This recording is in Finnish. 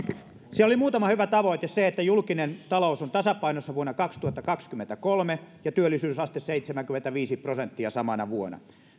siellä oli muutama hyvä tavoite se että julkinen talous on tasapainossa vuonna kaksituhattakaksikymmentäkolme ja työllisyysaste seitsemänkymmentäviisi prosenttia samana vuonna